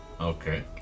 Okay